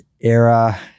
era